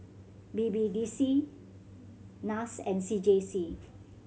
B B D C NAS and C J C